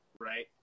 right